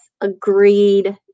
agreed